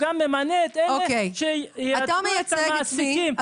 היא גם ממנה את אלה שייצגו את המעסיקים,